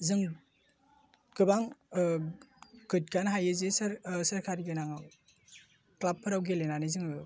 जों गोबां गोग्गानो हायो जि सोरकारि गोनां क्लाबफोराव गेलेनानै जोङो